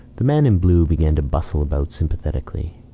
the man in blue began to bustle about sympathetically.